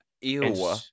Ew